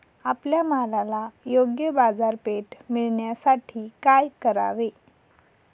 आपल्या मालाला योग्य बाजारपेठ मिळण्यासाठी काय करावे?